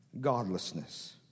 godlessness